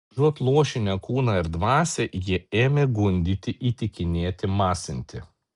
užuot luošinę kūną ir dvasią jie ėmė gundyti įtikinėti masinti